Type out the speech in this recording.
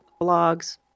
blogs